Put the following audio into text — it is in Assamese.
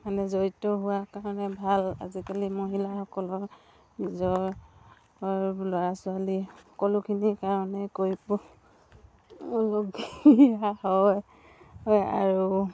মানে জড়িত হোৱা কাৰণে ভাল আজিকালি মহিলাসকলৰ নিজৰ ল'ৰা ছোৱালী সকলোখিনি কাৰণে কৰিবলগীয়া হয় আৰু